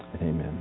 Amen